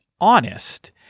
honest